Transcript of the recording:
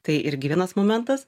tai irgi vienas momentas